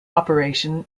operation